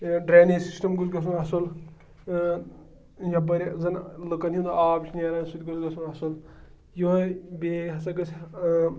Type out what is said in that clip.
drainage system گوٚژھ گژھُن اَصٕل یَپٲرِ زَنہٕ لُکَن ہُنٛد آب چھِ نیران سُہ تہِ گوٚژھ گژھُن اَصٕل یِہوٚے بیٚیہِ ہَسا گٔژھ